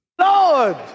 Lord